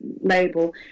label